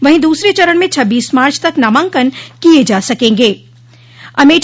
वहीं दूसरे चरण में छब्बीस मार्च तक नामांकन किये जा सकेंगे